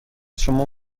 شما